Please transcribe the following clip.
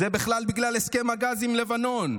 זה בכלל בגלל הסכם הגז עם לבנון,